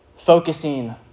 focusing